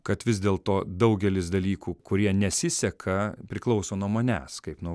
kad vis dėl to daugelis dalykų kurie nesiseka priklauso nuo manęs kaip nuo